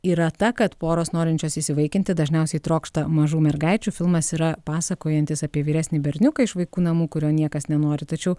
yra ta kad poros norinčios įsivaikinti dažniausiai trokšta mažų mergaičių filmas yra pasakojantis apie vyresnį berniuką iš vaikų namų kurio niekas nenori tačiau